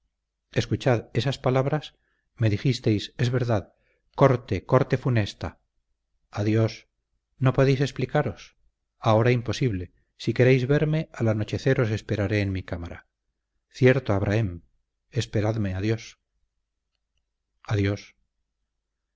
osado escuchad esas palabras me dijisteis es verdad corte corte funesta adiós no podéis explicaros ahora imposible si queréis verme al anochecer os esperaré en mi cámara cierto abrahem esperadme adiós adiós